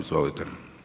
Izvolite.